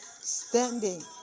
standing